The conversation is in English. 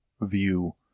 view